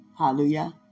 hallelujah